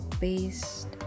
based